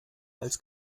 als